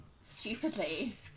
stupidly